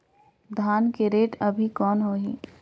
धान के रेट अभी कौन होही?